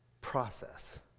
process